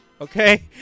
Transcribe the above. okay